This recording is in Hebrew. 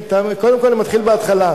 קודם כול, אני מתחיל בהתחלה.